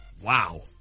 Wow